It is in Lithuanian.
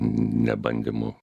ne bandymu